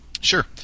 Sure